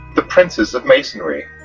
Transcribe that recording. the princes of masonry.